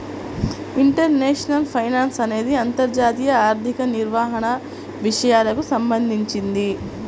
international finance అనేది అంతర్జాతీయ ఆర్థిక నిర్వహణ విషయాలకు సంబంధించింది